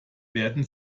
werden